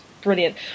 brilliant